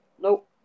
Nope